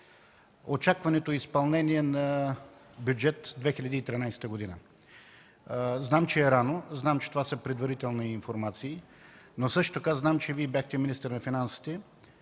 очакванeто „изпълнение на Бюджет 2013 г.”. Знам, че е рано. Знам, че това са предварителни информации, но също така знам, че Вие бяхте министър на финансите